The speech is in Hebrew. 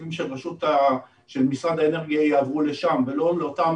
מהתקציבים של משרד האנרגיה יעברו לשם ולא לאותן